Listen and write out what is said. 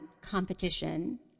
competition